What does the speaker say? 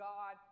God